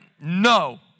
no